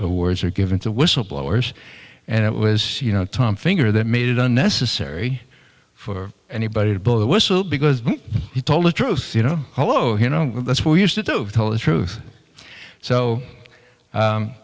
awards are given to whistleblowers and it was you know tom figure that made it unnecessary for anybody to blow the whistle because he told the truth you know oh you know that's what we used to tell the truth so